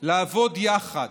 לעבוד יחד,